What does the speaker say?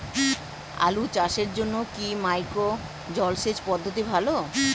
আলু চাষের জন্য কি মাইক্রো জলসেচ পদ্ধতি ভালো?